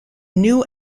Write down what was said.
new